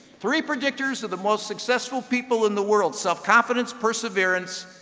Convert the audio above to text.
three predictors of the most successful people in the world, self confidence, perseverance,